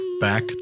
back